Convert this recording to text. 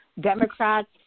Democrats